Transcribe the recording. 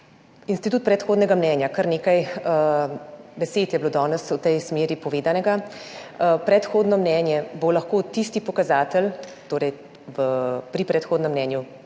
Institut predhodnega mnenja, kar nekaj besed je bilo danes v tej smeri povedanega, predhodno mnenje bo lahko tisti pokazatelj, torej pri predhodnem mnenju